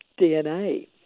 dna